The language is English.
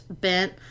bent